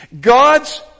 God's